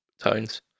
tones